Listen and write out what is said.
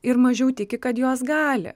ir mažiau tiki kad jos gali